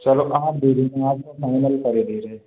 चलो आठ दे देना आप तो फाइनल कर दे रहें